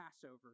Passover